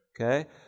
Okay